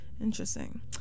interesting